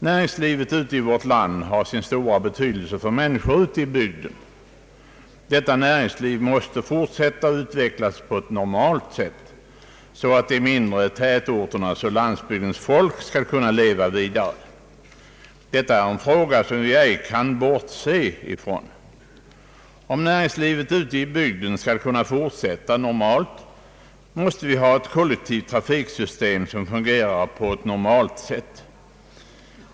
Näringslivet har stor betydelse för människorna ute i bygderna och det måste få utvecklas på ett normalt sätt för att de mindre tätorterna och landsbygden skall kunna leva vidare. Detta kan vi inte bortse ifrån. Om näringslivet ute i bygderna skall kunna utvecklas normalt måste det finnas ett kollektivt trafiksystem som fungerar.